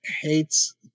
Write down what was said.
hates